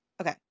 Okay